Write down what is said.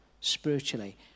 spiritually